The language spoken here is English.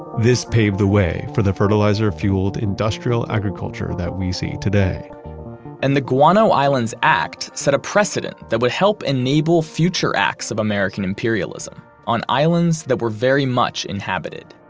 this paved the way for the fertilizer fueled industrial agriculture that we see today and the gguano islands act set a precedent that would help enable future acts of american imperialism on islands that were very much inhabited